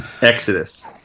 Exodus